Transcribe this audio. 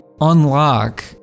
unlock